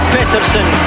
Peterson